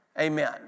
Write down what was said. Amen